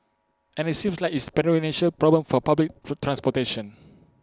and IT seems like it's A perennial problem for public transportation